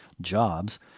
jobs